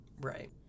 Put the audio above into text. Right